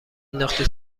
نداختی